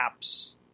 apps